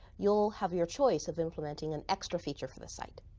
you'll have your choice of implementing an extra feature from the site.